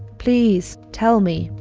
please tell me,